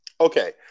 Okay